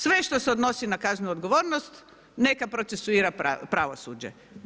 Sve što se odnosi na kaznenu odgovornost, neka procesuira pravosuđe.